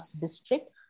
district